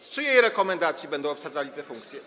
Z czyjej rekomendacji będą obsadzali te funkcje?